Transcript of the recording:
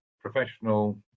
Professional